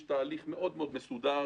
יש תהליך מאוד מאוד מסודר,